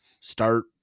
start